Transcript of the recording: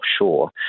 offshore